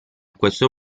questo